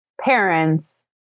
parents